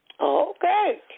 Okay